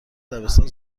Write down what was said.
دبستان